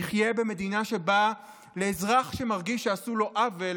נחיה במדינה שבה לאזרח שמרגיש שעשו לו עוול